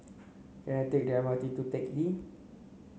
can I take the M R T to Teck Lee